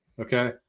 Okay